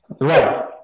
Right